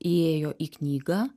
įėjo į knygą